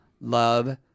love